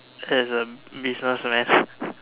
as a businessman